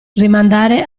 rimandare